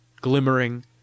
glimmering